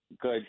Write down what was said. good